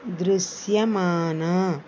దృశ్యమాన